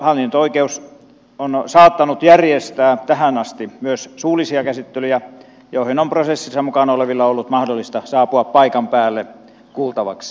hallinto oikeus on saattanut järjestää tähän asti myös suullisia käsittelyjä joihin on prosessissa mukana olevilla ollut mahdollista saapua paikan päälle kuultavaksi